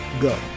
Go